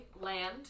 land